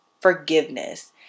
forgiveness